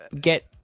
get